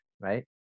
right